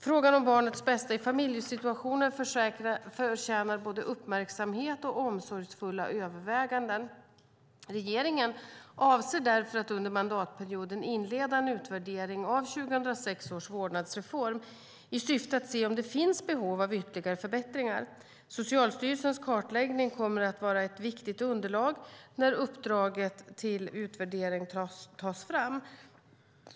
Frågan om barnets bästa i familjesituationer förtjänar både uppmärksamhet och omsorgsfulla överväganden. Regeringen avser därför att under mandatperioden inleda en utvärdering av 2006 års vårdnadsreform i syfte att se om det finns behov av ytterligare förbättringar. Socialstyrelsens kartläggning kommer att vara ett viktigt underlag när uppdraget till utvärderingen tas fram.